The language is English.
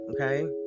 okay